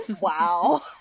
wow